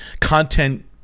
Content